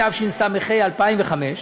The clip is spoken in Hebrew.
התשס"ה 2005,